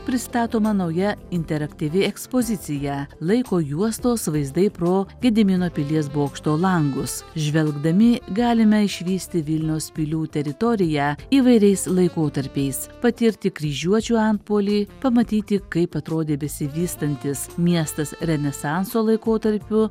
pristatoma nauja interaktyvi ekspozicija laiko juostos vaizdai pro gedimino pilies bokšto langus žvelgdami galime išvysti vilniaus pilių teritoriją įvairiais laikotarpiais patirti kryžiuočių antpuolį pamatyti kaip atrodė besivystantis miestas renesanso laikotarpiu